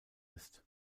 ist